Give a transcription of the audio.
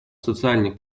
социальных